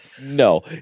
No